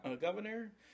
governor